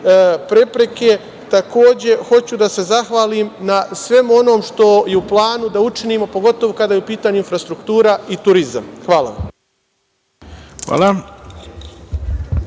prepreke. Takođe, hoću da se zahvalim na svemu onome što je u planu da učinimo, pogotovo kada je u pitanju infrastruktura i turizam. Hvala vam.